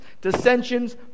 dissensions